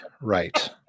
Right